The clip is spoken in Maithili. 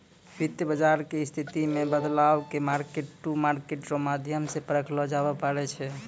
वित्त बाजार के स्थिति मे बदलाव के मार्केट टू मार्केट रो माध्यम से परखलो जाबै पारै छै